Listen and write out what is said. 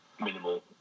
minimal